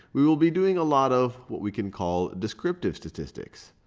we will be doing a lot of what we can call descriptive statistics.